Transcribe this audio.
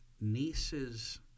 niece's